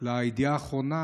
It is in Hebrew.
על הידיעה האחרונה,